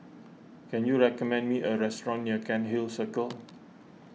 can you recommend me a restaurant near Cairnhill Circle